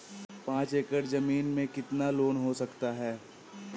पाँच एकड़ की ज़मीन में कितना लोन हो सकता है?